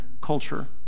culture